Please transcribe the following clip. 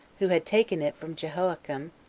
who had taken it from jehoiachin,